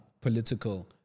political